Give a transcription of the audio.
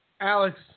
Alex